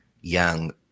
young